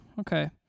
Okay